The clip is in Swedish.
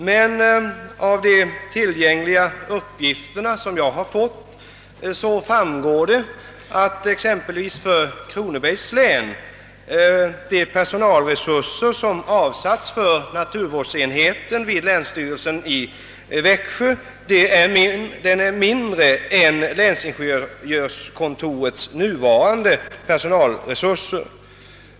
Men av de uppgifter jag haft tillgängliga framgår exempelvis, att de personalresurser som avsatts för naturvårdsenheten vid länsstyrelsen i Kronobergs län är mindre än ingenjörskontorets nuvarande personalresurser.